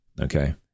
okay